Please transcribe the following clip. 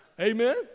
Amen